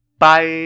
Bye